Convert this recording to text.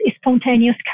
spontaneous